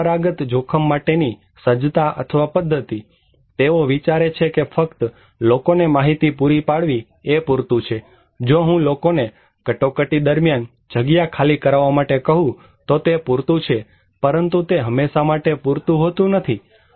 પરંપરાગત જોખમ માટે ની સજ્જતા અથવા પદ્ધતિ તેઓ વિચારે છે કે ફક્ત લોકોને માહિતી પૂરી પાડવી એ પૂરતું છે જો હું લોકોને કટોકટી દરમિયાન જગ્યા ખાલી કરાવવા માટે કહું તો તે પૂરતું છે પરંતુ તે હંમેશા પૂરતું હોતું નથી